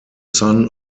son